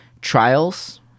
trials